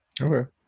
okay